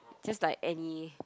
just like any kind